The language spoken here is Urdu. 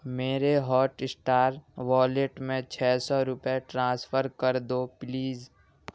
میرے ہاٹ اسٹار والیٹ میں چھ سو روپئے ٹرانسفر کر دو پلیز